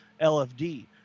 lfd